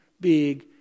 big